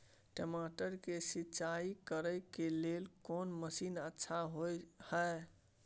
टमाटर के सिंचाई करे के लेल कोन मसीन अच्छा होय है